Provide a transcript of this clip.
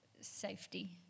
safety